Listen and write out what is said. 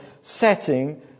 setting